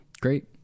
Great